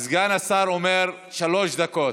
סגן השר אומר שלוש דקות.